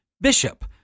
bishop